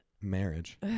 marriage